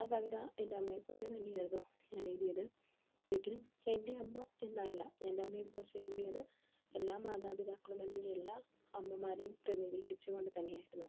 ആ കവിത എൻ്റെ അമ്മയെക്കുറിച്ച് തന്നെയായിരുന്നു ഞാൻ എഴുതിയത് ഒരിക്കലും എൻ്റെ അമ്മ എന്നല്ല എൻ്റെറമ്മയെ കുുറിച്ച് എഴുതിയത് എല്ലാ മാതാപിതാക്കളും അല്ലെങ്കി എല്ലാ അമ്മമാരെയും പ്രനിീധീകരിച്ച കൊണ്ട് തന്നെയായിരുന്നു